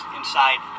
inside